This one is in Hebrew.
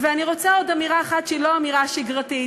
אני רוצה עוד אמירה אחת, שהיא לא אמירה שגרתית: